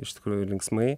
iš tikrųjų linksmai